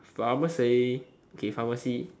pharmacy okay pharmacy